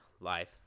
life